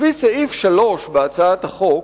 לפי סעיף 3 בהצעת החוק,